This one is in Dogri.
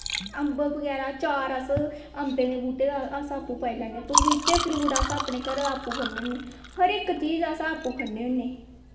अम्ब बगैरा चार अस अम्बें दे बूह्टे दा अस आपैं पाई लैन्ने पपीते फ्रूट अपने घरे दा अस आपूं खन्ने होन्ने हर इक्क चीज़ अस आपू खन्ने होन्ने